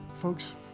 Folks